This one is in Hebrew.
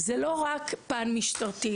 זה לא רק פן משטרתי.